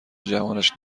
جوانش